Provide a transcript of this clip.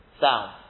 sound